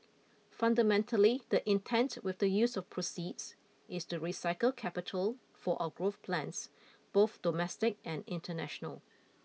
fundamentally the intent with the use of proceeds is to recycle capital for our growth plans both domestic and international